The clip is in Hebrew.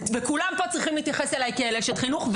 וכולם פה צריכים להתייחס אליי כאל אשת חינוך.